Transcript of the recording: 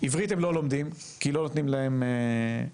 עברית הם לא לומדים כי לא נותנים להם אולפן,